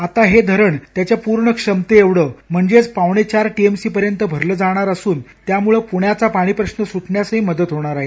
आता हे धरण त्याच्या पूर्ण क्षमतेएवढं म्हणजेच पावणेचार टीएमसी पर्यंत भरले जाणार असुन त्यामुळे पृण्याचा पाणीप्रश्न सुटण्यासही मदत होणार आहे